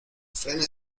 frena